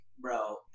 bro